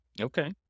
Okay